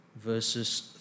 verses